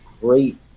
great